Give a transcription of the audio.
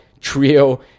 trio